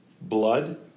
Blood